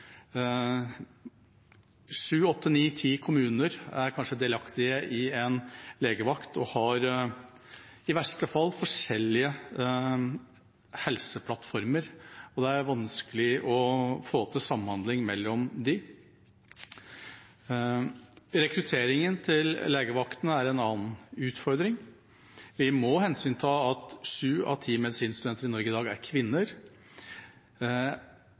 Sju, åtte, ni, ti kommuner er kanskje delaktige i én legevakt og har i verste fall forskjellige helseplattformer, og det er vanskelig å få til samhandling mellom dem. Rekrutteringen til legevakten er en annen utfordring. Vi må ta hensyn til at sju av ti medisinstudenter i Norge i dag er kvinner.